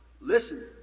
Listen